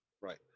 Right